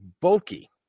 bulky